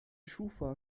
schufa